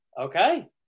Okay